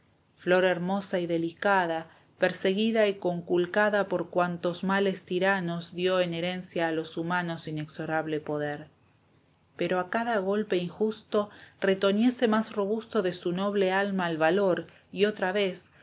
flor hermosa y delicada perseguida y conculcada por cuantos males tiranos dio en herencia a los humanos inexorable poder pero a cada golpe injusto retoñece más robusto de su noble alma el valor y otra vez